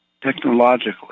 technologically